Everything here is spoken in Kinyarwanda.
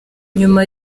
nyuma